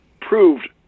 proved